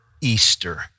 Easter